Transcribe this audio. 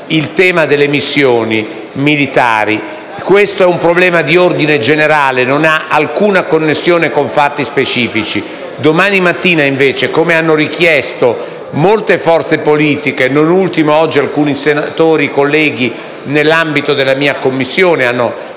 il tema delle missioni militari. Questo e un problema di ordine generale, che non ha alcuna connessione con fatti specifici. Domani mattina, invece, come richiesto da molte forze politiche, non ultimo da alcuni senatori nell’ambito della mia Commissione, il ministro